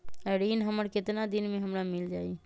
ऋण हमर केतना दिन मे हमरा मील जाई?